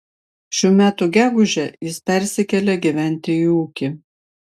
šių metų gegužę jis persikėlė gyventi į ūkį